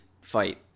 fight